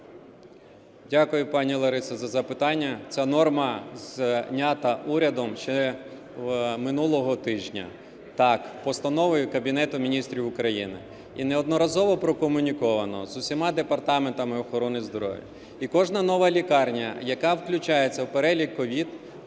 Дякую, пані Лариса, за запитання. Ця норма знята урядом ще минулого тижня, так, Постановою Кабінету Міністрів України. І неодноразово прокомуніковано з усіма департаментами охорони здоров'я. І кожна нова лікарня, яка включається в перелік COVID,